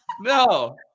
No